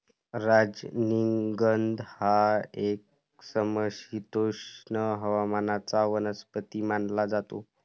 राजनिगंध हा एक समशीतोष्ण हवामानाचा वनस्पती मानला जातो